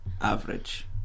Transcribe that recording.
Average